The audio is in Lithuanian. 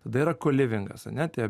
tada yra kolivingas ane tie